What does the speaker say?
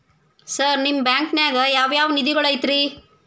Sir ನಿಮ್ಮ ಬ್ಯಾಂಕನಾಗ ಯಾವ್ ಯಾವ ನಿಧಿಗಳು ಐತ್ರಿ?